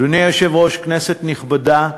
אדוני היושב-ראש, כנסת נכבדה,